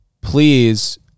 Please